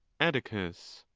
atticus.